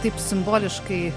taip simboliškai